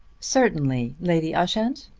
certainly, lady ushant.